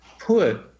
put